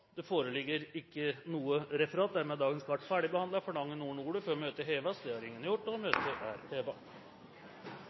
Det foreligger ikke noe referat. Dermed er dagens kart ferdigbehandlet. Forlanger noen ordet før møtet heves? – Møtet er